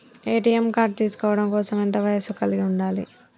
ATM card తీసుకోవడం కోసం ఎంత వయస్సు కలిగి ఉండాలి?